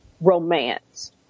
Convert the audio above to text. romance